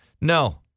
No